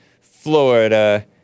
Florida—